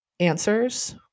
Answers